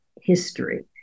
history